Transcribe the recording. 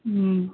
हूँ